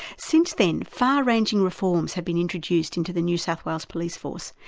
since then, far-ranging reforms have been introduced into the new south wales police force,